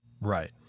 Right